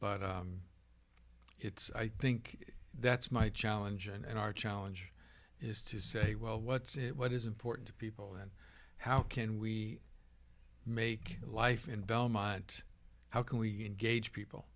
but it's i think that's my challenge and our challenge is to say well what's it what is important to people and how can we make life in belmont how can we gauge people